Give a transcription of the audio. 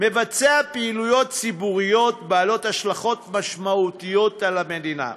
מבצע פעילויות ציבוריות בעלות השלכות משמעותיות על המדינה,